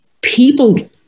people